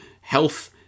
health